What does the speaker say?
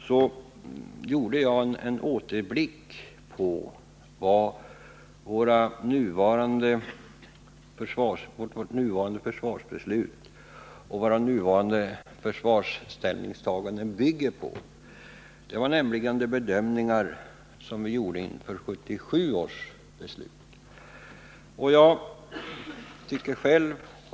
Jag gjorde en återblick på de bedömningar som låg till grund för 1977 års försvarsbeslut.